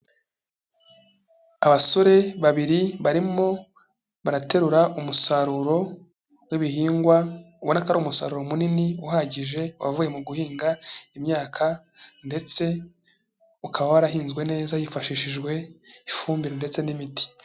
Abasore babiri barimo baraterura umusaruro w'ibihingwa, ubona ko ari umusaruro munini uhagije wavuye mu guhinga imyaka ndetse ukaba warahinzwe neza hifashishijwe ifumbire ndetse n'imiti.